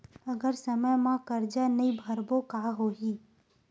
अगर समय मा कर्जा नहीं भरबों का होई?